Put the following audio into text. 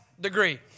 degree